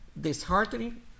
disheartening